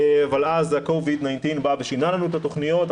אבל אז ה-covid 19 בא ושינה לנו את התוכניות.